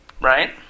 right